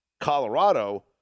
Colorado